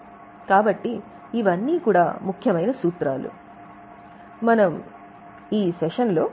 కాబట్టి ఇవన్నీ కూడా ముఖ్యమైన సూత్రాలు